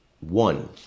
one